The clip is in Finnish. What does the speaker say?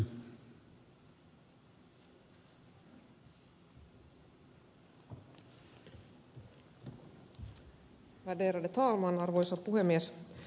värderade talman arvoisa puhemies